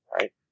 right